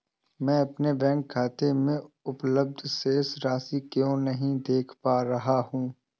मैं अपने बैंक खाते में उपलब्ध शेष राशि क्यो नहीं देख पा रहा हूँ?